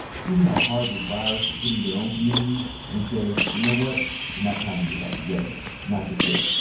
see how hard this virus is hitting their own communities and say, you know what? it's not time to get back together, not just yet.